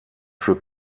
für